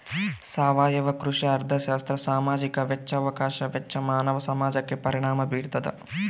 ಸಾವಯವ ಕೃಷಿ ಅರ್ಥಶಾಸ್ತ್ರ ಸಾಮಾಜಿಕ ವೆಚ್ಚ ಅವಕಾಶ ವೆಚ್ಚ ಮಾನವ ಸಮಾಜಕ್ಕೆ ಪರಿಣಾಮ ಬೀರ್ತಾದ